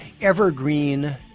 evergreen